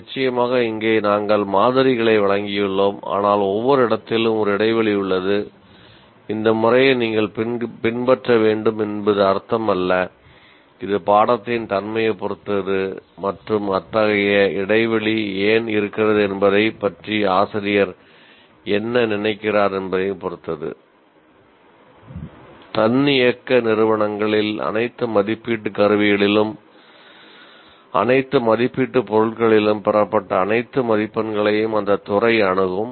நிச்சயமாக இங்கே நாங்கள் மாதிரிகளை வழங்கியுள்ளோம் ஆனால் ஒவ்வொரு இடத்திலும் ஒரு இடைவெளி உள்ளது இந்த முறையை நீங்கள் பின்பற்ற வேண்டும் என்று அர்த்தமல்ல இது பாடத்தின் தன்மையைப் பொறுத்தது மற்றும் அத்தகைய இடைவெளி ஏன் இருக்கிறது என்பதைப் பற்றி ஆசிரியர் என்ன நினைக்கிறார் என்பதையும் பொறுத்தது தன்னியக்க நிறுவனங்களில் அனைத்து மதிப்பீட்டு கருவிகளிலும் அனைத்து மதிப்பீட்டு பொருட்களுக்கும் பெறப்பட்ட அனைத்து மதிப்பெண்களையும் அந்த துறை அணுகும்